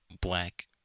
black